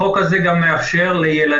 החוק הזה גם מאפשר לילדים,